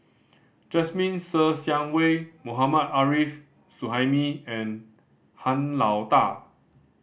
Jasmine Ser Xiang Wei Mohammad Arif Suhaimi and Han Lao Da